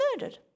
murdered